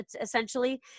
essentially